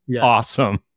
Awesome